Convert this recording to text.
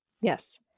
Yes